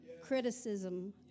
criticism